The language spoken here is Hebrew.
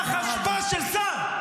פח אשפה של שר.